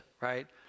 right